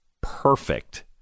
Perfect